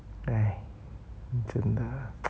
哎真的